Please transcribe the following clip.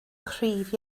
cryf